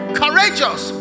courageous